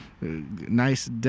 Nice